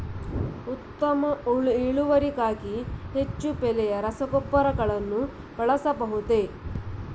ಉತ್ತಮ ಇಳುವರಿಗಾಗಿ ಹೆಚ್ಚು ಬೆಲೆಯ ರಸಗೊಬ್ಬರಗಳನ್ನು ಬಳಸಬಹುದೇ?